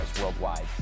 worldwide